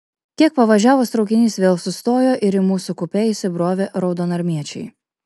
kiek pavažiavus traukinys vėl sustojo ir į mūsų kupė įsibrovė raudonarmiečiai